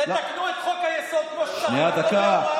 תתקנו את חוק-היסוד כמו שצריך, לא בהוראות שעה.